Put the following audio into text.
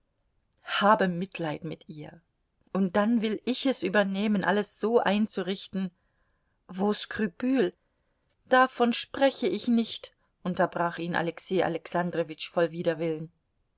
habe mitleid mit ihr und dann will ich es übernehmen alles so einzurichten vos scrupules davon spreche ich nicht unterbrach ihn alexei alexandrowitsch voll widerwillen